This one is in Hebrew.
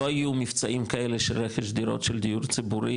לא היו מבצעים כאלה של רכש דירות של דיור ציבורי,